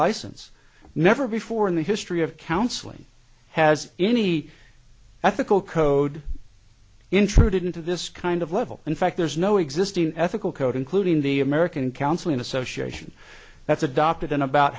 license never before in the history of counseling has any ethical code intruded into this kind of level in fact there's no existing ethical code including the american council in association that's adopted in about